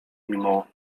mimo